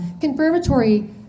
confirmatory